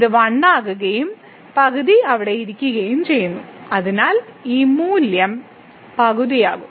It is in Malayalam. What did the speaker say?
ഇത് 1 ആകുകയും പകുതി അവിടെ ഇരിക്കുകയും ചെയ്യുന്നു അതിനാൽ ഈ മൂല്യം പകുതിയാകും